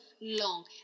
long